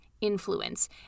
influence